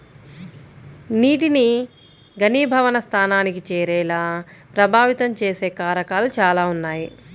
నీటిని ఘనీభవన స్థానానికి చేరేలా ప్రభావితం చేసే కారణాలు చాలా ఉన్నాయి